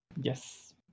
Yes